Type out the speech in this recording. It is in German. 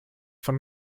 von